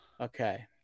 Okay